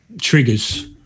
triggers